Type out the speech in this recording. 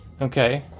Okay